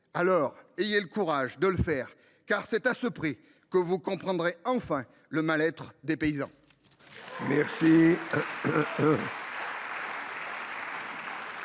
Ayez le courage de le faire, car c’est à ce prix que vous comprendrez, enfin, le mal être des paysans